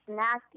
nasty